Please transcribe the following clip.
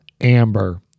Amber